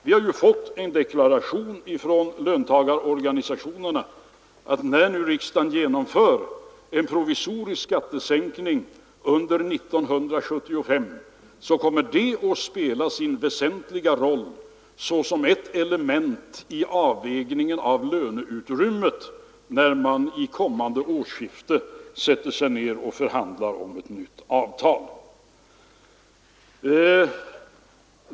Vi har från löntagarorganisationerna fått deklarationen att när nu riksdagen genomför en provisorisk skattesänkning under 1975 kommer det att spela sin väsentliga roll såsom ett element i avvägningen av löneutrymmen, då man vid kommande årsskifte förhandlar om ett nytt avtal.